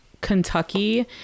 kentucky